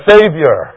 Savior